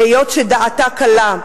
היות שדעתה קלה.